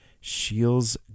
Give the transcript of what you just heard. Shields